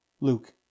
Luke